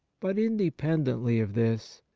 but, independently of this,